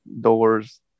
doors